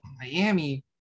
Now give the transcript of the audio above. Miami